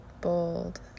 bold